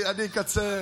אני אקצר.